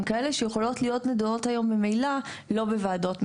הם כאלה שיכולות להיות נדונות היום ממילא לא בוועדות מחוזיות,